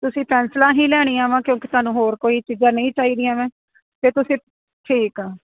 ਤੁਸੀਂ ਪੈਨਸਲਾਂ ਹੀ ਲੈਣੀਆਂ ਵਾ ਕਿਉਂਕਿ ਤੁਹਾਨੂੰ ਹੋਰ ਕੋਈ ਚੀਜ਼ਾਂ ਨਹੀਂ ਚਾਹੀਦੀਆਂ ਨਾ ਅਤੇ ਤੁਸੀਂ ਠੀਕ ਆ